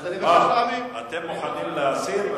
מוכנים להסיר?